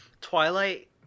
Twilight